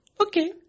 Okay